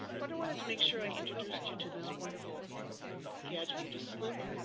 but i wanted to make sure i introduced you to this wonderful gadget. you just slip